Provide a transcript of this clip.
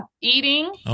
eating